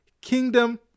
kingdom